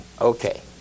Okay